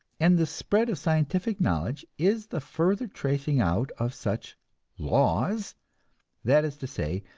and the spread of scientific knowledge is the further tracing out of such laws that is to say,